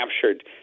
captured